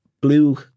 blue